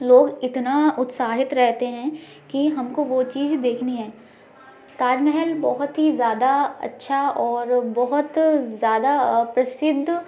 लोग इतना उत्साहित रहते हैं कि हमको वो चीज देखनी हैं ताजमहल बहुत ही ज्यादा अच्छा और बहुत ज़्यादा अ प्रसिद्ध